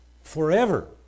forever